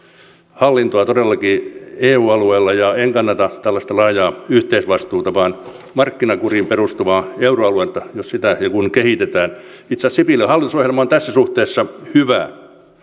hallintoa todellakin eu alueella en kannata tällaista laajaa yhteisvastuuta vaan markkinakuriin perustuvaa euroaluetta jos ja kun sitä kehitetään itse asiassa sipilän hallitusohjelma on tässä suhteessa hyvä